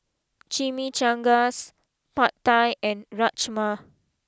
Chimichangas Pad Thai and Rajma